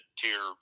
tier